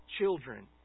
children